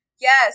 Yes